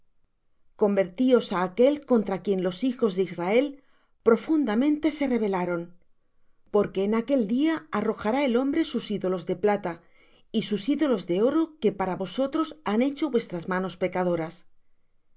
convertíos á aquel contra quien los hijos de israel profundamente se rebelaron porque en aquel día arrojará el hombre sus ídolos de plata y sus ídolos de oro que para vosotros han hecho vuestras manos pecadoras